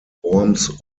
worms